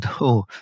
no